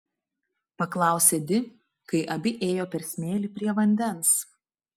paklausė di kai abi ėjo per smėlį prie vandens